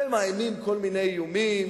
ומאיימים כל מיני איומים.